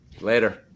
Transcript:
Later